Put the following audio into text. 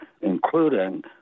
including